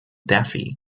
daffy